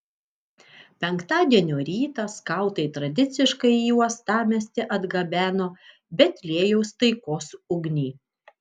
penktadienio rytą skautai tradiciškai į uostamiestį atgabeno betliejaus taikos ugnį